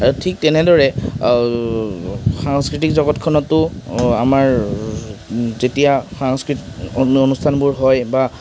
ঠিক তেনেদৰে সাংস্কৃতিক জগতখনতো আমাৰ যেতিয়া সাংস্কৃতিক অনু অনুষ্ঠানবোৰ হয় বা